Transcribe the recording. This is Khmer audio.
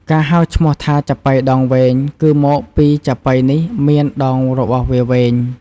ការហៅឈ្មោះថា ចាប៉ីដងវែង គឺមកពីចាប៉ីនេះមានដងរបស់វាវែង។